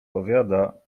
powiada